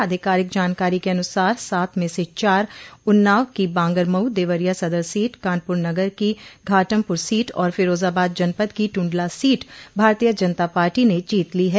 आधिकारिक जानकारी के अनुसार सात में से चार उन्नाव की बांगरमऊ देवरिया सदर सीट कानपुर नगर की घाटमपुर सीट और फिरोजाबाद जनपद की टूंडला सीट भारतीय जनता पार्टी ने जीत ली है